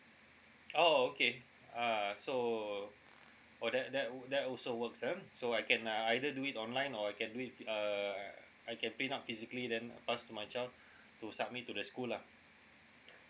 oh okay uh so oh that that al~ that also works uh so I can uh either do it online or I can do it uh I can print out physically then pass to my child to submit to the school lah